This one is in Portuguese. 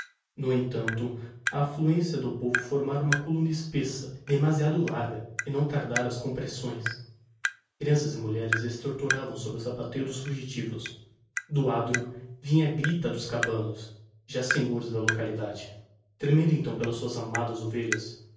no entanto a affluencia do povo formara uma columna espessa demasiado larga e não tardaram as compressões creanças e mulheres estertoravam sob o sapateio dos fugitivos do adro vinha a grita dos cabanos já senhores da localidade tremendo então pelas suas amadas ovelhas